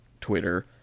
Twitter